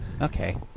Okay